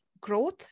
growth